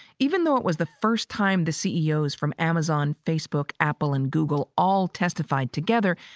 even though it was the first time the ceos from amazon, facebook, apple and google all testified together.